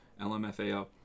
LMFAO